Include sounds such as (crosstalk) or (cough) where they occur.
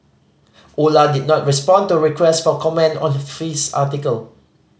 Ola did not respond to requests for comment (unintelligible) this article